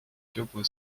теплые